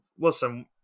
listen